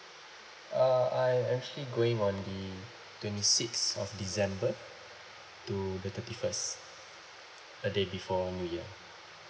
uh I actually going on the twenty six of december to the thirty first a day before new year